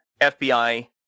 FBI